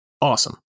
awesome